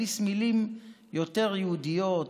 הכניס מילים יותר יהודיות